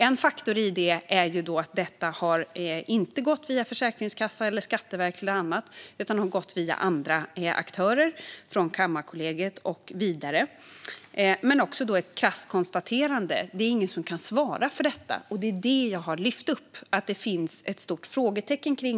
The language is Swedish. En faktor är att detta inte har gått via Försäkringskassan, Skatteverket eller annat utan via andra aktörer, från Kammarkollegiet och vidare. Ett krasst konstaterande är att det inte finns någon som kan svara för detta. Det är det som jag har lyft upp. Det finns ett stort frågetecken där.